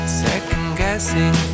second-guessing